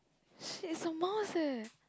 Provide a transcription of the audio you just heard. shit it's a mouse eh